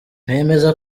bemeza